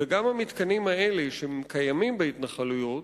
וגם המתקנים האלה, שקיימים בהתנחלויות,